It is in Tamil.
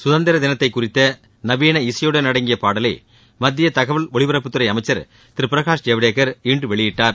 சுதந்திர தினத்தை குறித்த நவீன இசையுடன் அடங்கிய பாடலை மத்திய தகவல் ஒலிபரப்புத் துறை அமைச்சர் திரு பிரகாஷ் ஜவ்டேகர் இன்று வெளியிட்டார்